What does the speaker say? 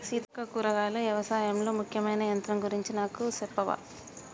సీతక్క కూరగాయలు యవశాయంలో ముఖ్యమైన యంత్రం గురించి నాకు సెప్పవా